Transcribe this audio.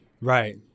right